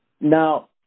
Now